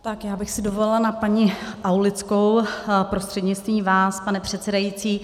Já bych si dovolila na paní Aulickou prostřednictvím vás, pane předsedající.